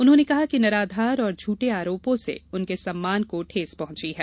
उन्होंने कहा कि निराधार और झुठे आरोपों से उनके सम्मान को ठेस पहुंचा है